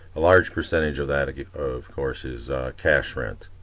a large percentage of that again of course is cash rent.